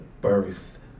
birth